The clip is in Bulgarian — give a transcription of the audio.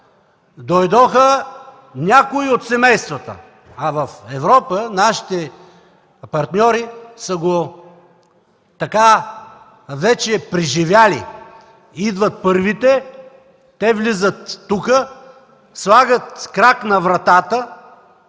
Дойдоха някои от семействата, а в Европа нашите партньори това вече са го преживели – идват първите, те влизат тук, слагат крак на вратата,